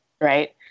right